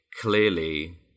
clearly